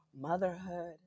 motherhood